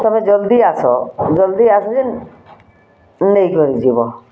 ତମେ ଜଲ୍ଦି ଆସ ଜଲ୍ଦି ଆସିଲେ ନେଇ କରି ଯିବ